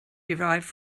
derived